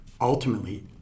ultimately